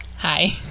hi